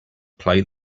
play